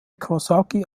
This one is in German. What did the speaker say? kawasaki